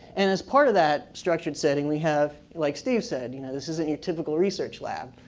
and as part of that structured setting, we have, like steve said, you know this isn't you're typical research lab.